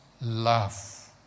Love